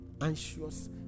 anxious